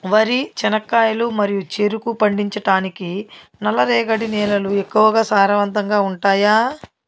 వరి, చెనక్కాయలు మరియు చెరుకు పండించటానికి నల్లరేగడి నేలలు ఎక్కువగా సారవంతంగా ఉంటాయా?